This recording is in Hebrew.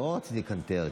לא רציתי לקנטר,